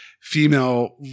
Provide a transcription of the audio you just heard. female